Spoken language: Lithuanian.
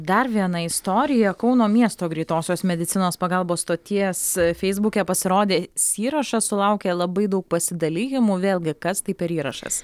dar viena istorija kauno miesto greitosios medicinos pagalbos stoties feisbuke pasirodęs įrašas sulaukė labai daug pasidalijimų vėlgi kas tai per įrašas